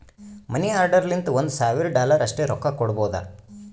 ಮನಿ order ಲಿಂತ ಒಂದ್ ಸಾವಿರ ಡಾಲರ್ ಅಷ್ಟೇ ರೊಕ್ಕಾ ಕೊಡ್ಬೋದ